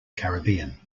caribbean